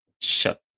shut